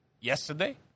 yesterday